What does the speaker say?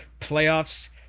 playoffs